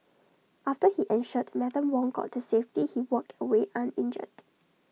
after he ensured Madam Wong got to safety he walked away uninjured